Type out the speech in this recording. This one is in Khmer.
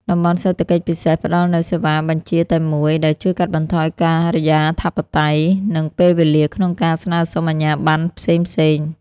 តំបន់សេដ្ឋកិច្ចពិសេស ផ្ដល់នូវ "សេវាបញ្ជរតែមួយ" ដែលជួយកាត់បន្ថយការិយាធិបតេយ្យ និងពេលវេលាក្នុងការស្នើសុំអាជ្ញាបណ្ណផ្សេងៗ។